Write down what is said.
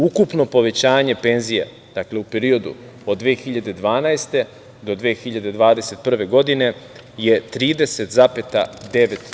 Ukupno povećanje penzija, dakle u periodu od 2012. do 2021. godine je 30,9%